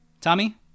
tommy